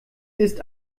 ist